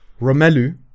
Romelu